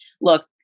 look